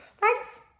Thanks